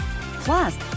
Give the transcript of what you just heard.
Plus